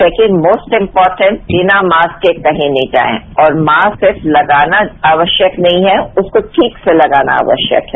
second most important बिना mask के कहीं नहीं जाएं और मास्क सिर्फ लगाना आवश्यक नहीं है उसको ठीक से लगाना आवश्यक है